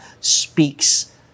speaks